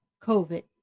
COVID